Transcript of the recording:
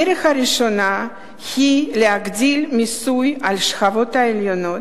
הדרך הראשונה היא להגדיל את המיסוי על השכבות העליונות,